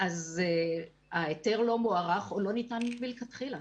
אז ההיתר לא מוארך או לא ניתן מלכתחילה.